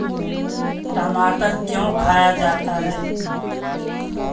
टमाटर क्यों खाया जाता है?